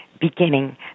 beginning